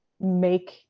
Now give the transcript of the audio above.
make